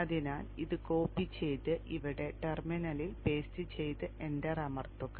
അതിനാൽ ഇത് കോപ്പി ചെയ്ത് ഇവിടെ ടെർമിനലിൽ പേസ്റ്റ് ചെയ്ത് എന്റർ അമർത്തുക